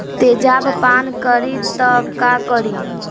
तेजाब पान करी त का करी?